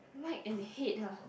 like and hate ah